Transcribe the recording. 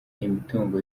imitungo